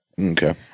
okay